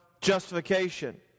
Justification